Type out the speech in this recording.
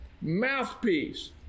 mouthpiece